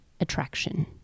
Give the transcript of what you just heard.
Attraction